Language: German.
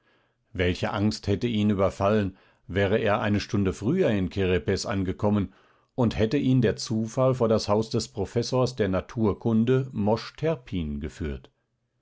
welche angst hätte ihn überfallen wäre er eine stunde früher in kerepes angekommen und hätte ihn der zufall vor das haus des professors der naturkunde mosch terpin geführt